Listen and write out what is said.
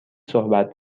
صحبت